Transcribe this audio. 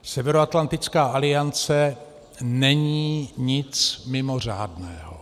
Severoatlantická aliance není nic mimořádného.